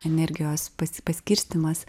energijos pas paskirstymas